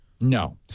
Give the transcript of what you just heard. No